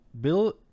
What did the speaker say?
Bill